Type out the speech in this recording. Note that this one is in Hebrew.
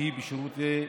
שהיא בשירותי בנייה,